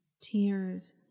tears